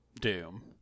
doom